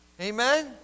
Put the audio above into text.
Amen